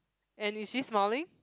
and is she smiling